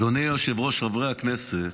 אדוני היושב-ראש, חברי הכנסת,